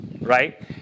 right